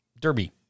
Derby